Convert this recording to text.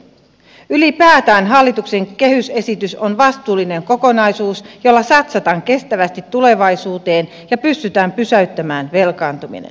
ylipäätään hallituksen kehysesitys on vastuullinen kokonaisuus jolla satsataan kestävästi tulevaisuuteen ja pystytään pysäyttämään velkaantuminen